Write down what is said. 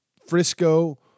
Frisco